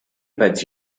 bet